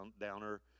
downer